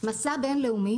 "מסע בין-לאומי"